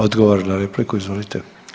Odgovor na repliku, izvolite.